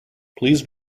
please